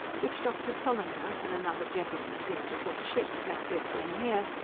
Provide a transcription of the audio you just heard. which doctor solander, and another gentleman of mr. cook's ship, met with when here,